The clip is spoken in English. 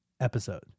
episode